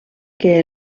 que